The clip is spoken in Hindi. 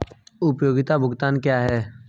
उपयोगिता भुगतान क्या हैं?